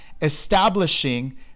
establishing